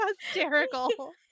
hysterical